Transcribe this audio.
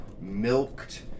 milked